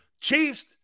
Chiefs